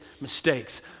mistakes